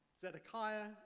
Zedekiah